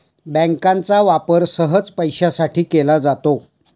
बँकांचा वापर सहसा पैशासाठी केला जातो